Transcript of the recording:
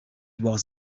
was